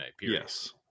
Yes